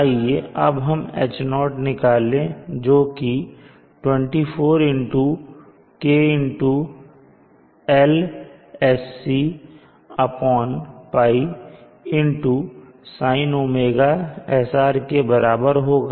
आइए अब हम H0 निकालें जो कि 24 k Lscπsin ωsr के बराबर होगा